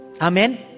Amen